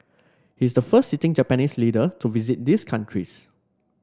he is the first sitting Japanese leader to visit these countries